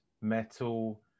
metal